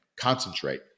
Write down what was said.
Concentrate